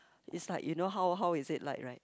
it's like you know how how is it like right